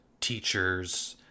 teachers